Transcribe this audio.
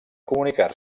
comunicar